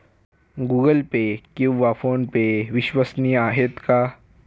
Google Pay किंवा PhonePe विश्वसनीय आहेत का?